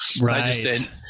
Right